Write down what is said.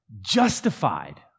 justified